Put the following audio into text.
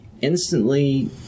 instantly